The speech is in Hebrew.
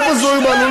איפה זוהיר בהלול?